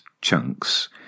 chunks